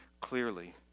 clearly